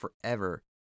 forever